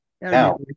now